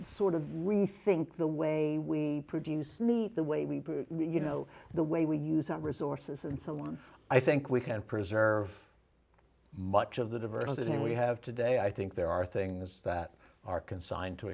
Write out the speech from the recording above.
sort of rethink the way we produce neat the way we do you know the way we use our resources and so on i think we can preserve much of the diversity we have today i think there are things that are consigned to